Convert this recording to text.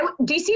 DC